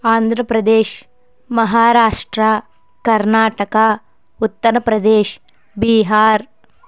Andhra Pradesh Maharashtra Karnataka Uttar Pradesh Bihar